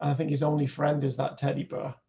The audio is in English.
and think he's only friend is that teddy but